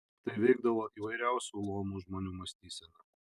tai veikdavo įvairiausių luomų žmonių mąstyseną